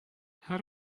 how